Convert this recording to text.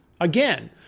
Again